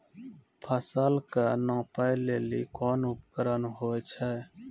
फसल कऽ नापै लेली कोन उपकरण होय छै?